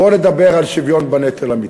בואו נדבר על שוויון בנטל אמיתי.